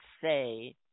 say